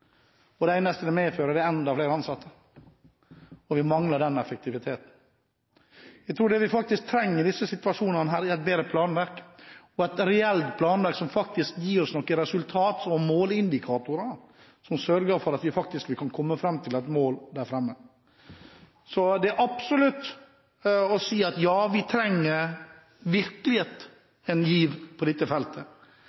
det medfører, er enda flere ansatte, og vi mangler den effektiviteten. Jeg tror det man faktisk trenger i disse situasjonene, er et bedre og reelt planverk som gir oss resultater, og måleindikatorer som sørger for at man faktisk kan komme fram til et mål der framme. Vi trenger